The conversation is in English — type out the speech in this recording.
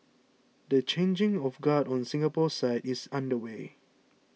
the changing of guard on the Singapore side is underway